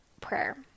prayer